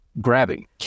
grabbing